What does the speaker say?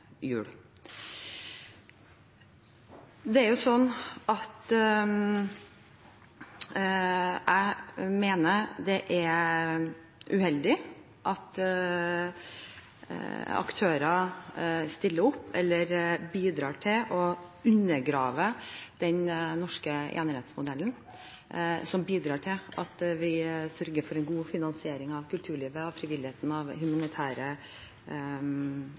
jul. Jeg mener det er uheldig at aktører bidrar til å undergrave den norske enerettsmodellen som bidrar til at vi sørger for en god finansiering av kulturlivet, av frivilligheten og av humanitære